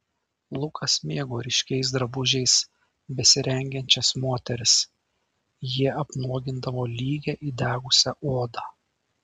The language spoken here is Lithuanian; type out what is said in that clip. lukas mėgo ryškiais drabužiais besirengiančias moteris jie apnuogindavo lygią įdegusią odą